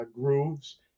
grooves